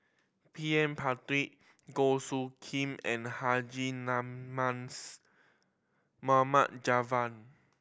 P M Pritt Goh Soo Khim and Haji Namazie Mohamed Javad